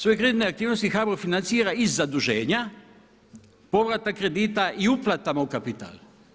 Svoje kreditne aktivnosti HBOR financira iz zaduženja, povrata kredita i uplatama u kapital.